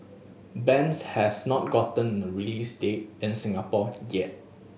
bends has not gotten a release date in Singapore yet